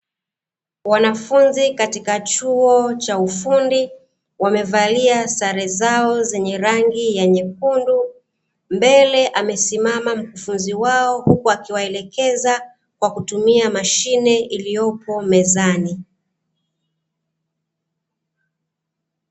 Wanafunzi katika chuo cha ufundi, wamevalia sare zao zenye rangi nyekundu, mbele amesimama mkufunzi wao, huku akiwaelekeza kwa kutumia mashine iliyopo mezani.